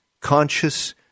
conscious